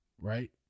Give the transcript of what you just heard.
right